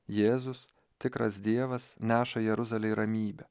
jėzus tikras dievas neša jeruzalei ramybę